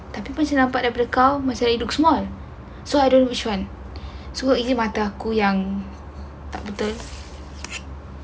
tapi saya nampak daripada kau macam it looks small so I don't know which one sebab ini mata aku yang tak betul